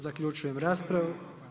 Zaključujem raspravu.